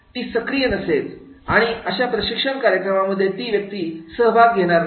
ती सक्रिय नसेल आणि अशा प्रशिक्षण कार्यक्रमांमध्ये ती व्यक्ती सहभाग घेणार नाही